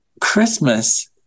Christmas